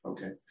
Okay